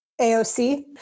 AOC